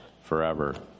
forever